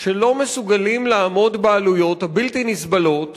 שלא מסוגלים לעמוד בעלויות הבלתי-נסבלות